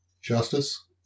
justice